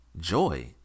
Joy